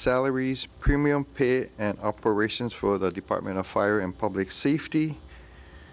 salaries premium pay and operations for the department of fire and public safety